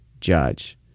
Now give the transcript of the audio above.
judge